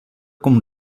com